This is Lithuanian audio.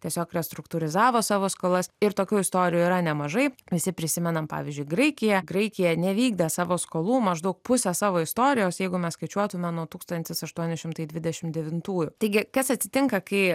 tiesiog restruktūrizavo savo skolas ir tokių istorijų yra nemažai visi prisimenam pavyzdžiui graikiją graikija nevykdė savo skolų maždaug pusę savo istorijos jeigu mes skaičiuotume nuo tūkstantis aštuoni šimtai dvidešim devintųjų taigi kas atsitinka kai